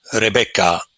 Rebecca